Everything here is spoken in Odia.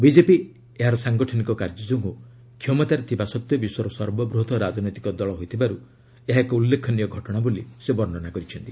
ବିଜେପି ଏହା ସାଂଗଠନିକ କାର୍ଯ୍ୟ ଯୋଗୁଁ କ୍ଷମତାରେ ଥିବା ସତ୍ତ୍ୱେ ବିଶ୍ୱର ସର୍ବବୃହତ୍ ରାଜନୈତିକ ଦଳ ହୋଇଥିବାରୁ ଏହା ଏକ ଉଲ୍ଲେଖନୀୟ ଘଟଣା ବୋଲି ସେ ବର୍ଷନା କରିଛନ୍ତି